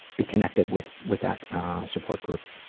be connected with with that support group,